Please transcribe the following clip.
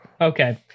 Okay